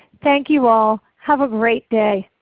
thank you all. have a great day.